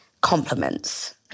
compliments